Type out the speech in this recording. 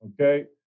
Okay